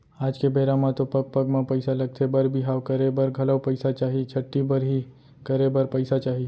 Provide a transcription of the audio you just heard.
आज के बेरा म तो पग पग म पइसा लगथे बर बिहाव करे बर घलौ पइसा चाही, छठ्ठी बरही करे बर पइसा चाही